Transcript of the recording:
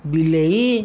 ବିଲେଇ